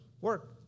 work